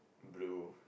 blow